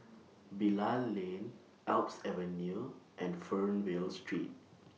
Bilal Lane Alps Avenue and Fernvale Street